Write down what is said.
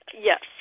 yes